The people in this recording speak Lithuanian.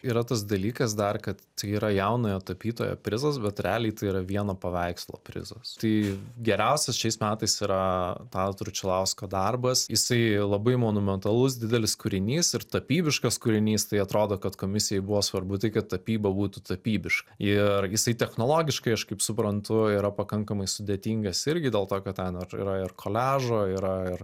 yra tas dalykas dar kad tai yra jaunojo tapytojo prizas bet realiai tai yra vieno paveikslo prizas tai geriausias šiais metais yra tado tručilausko darbas jisai labai monumentalus didelis kūrinys ir tapybiškas kūrinys tai atrodo kad komisijai buvo svarbu tai kad tapyba būtų tapybiška ir jisai technologiškai aš kaip suprantu yra pakankamai sudėtingas irgi dėl to kad ten yra ir koliažo yra ir